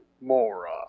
Mora